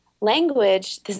language –